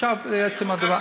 עכשיו לעצם הדבר.